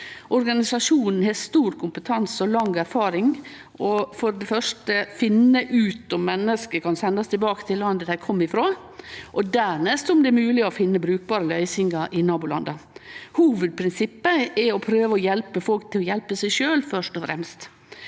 Organisasjonen har stor kompetanse og lang erfaring med for det første å finne ut om menneske kan sendast tilbake til landet dei kom frå, og dernest om det er mogleg å finne brukbare løysingar i nabolanda. Hovudprinsippet er å prøve å hjelpe folk til å hjelpe seg sjølve, først og fremst.